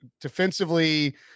defensively